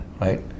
right